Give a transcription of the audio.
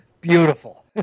Beautiful